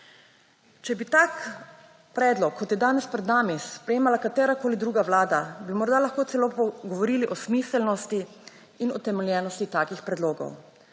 Če bi tak predlog kot je danes pred nami, sprejemala katerakoli druga vlada, bi morda celo lahko govorili o smiselnosti in utemeljenosti takih predlogov.